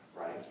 right